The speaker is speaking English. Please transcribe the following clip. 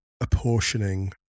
apportioning